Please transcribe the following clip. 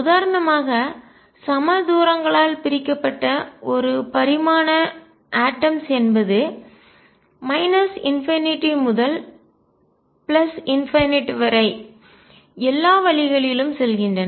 உதாரணமாக சம தூரங்களால் பிரிக்கப்பட்ட ஒரு பரிமாண அட்டம்ஸ்அணுக்கள் என்பது ∞ முதல் ∞ வரை எல்லா வழிகளிலும் செல்கின்றன